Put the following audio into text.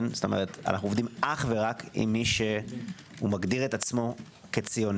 אנחנו עובדים רק עם מי שמגדיר את עצמו כציוני.